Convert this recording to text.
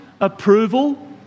approval